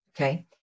Okay